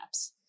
apps